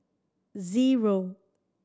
zero